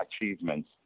achievements